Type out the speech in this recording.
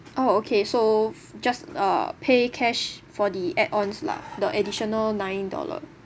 oh okay so just uh pay cash for the add ons lah the additional nine dollar